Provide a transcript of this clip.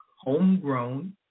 homegrown